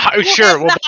sure